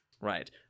Right